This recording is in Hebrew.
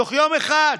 תוך יום אחד.